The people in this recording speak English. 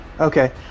okay